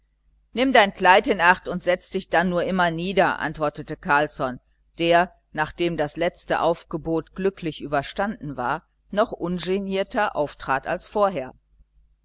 nimm dein kleid in acht und setze dich dann nur immer nieder antwortete carlsson der nachdem das letzte aufgebot glücklich überstanden war noch ungenierter auftrat als vorher